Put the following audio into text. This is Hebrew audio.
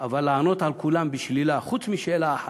אבל לענות על כולן בשלילה, חוץ משאלה אחת,